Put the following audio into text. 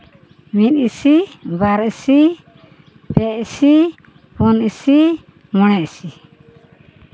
ᱢᱤᱫ ᱤᱥᱤ ᱵᱟᱨ ᱤᱥᱤ ᱯᱮ ᱤᱥᱤ ᱯᱩᱱ ᱤᱥᱤ ᱢᱚᱬᱮ ᱤᱥᱤ